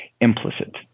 implicit